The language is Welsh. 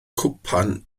cwpan